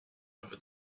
over